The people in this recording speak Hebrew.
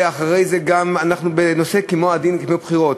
ואחרי זה גם, אנחנו בנושא עדין כמו בחירות,